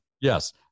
Yes